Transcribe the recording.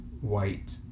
white